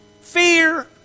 fear